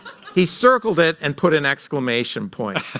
he circled it and put an exclamation point.